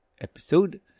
episode